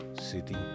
City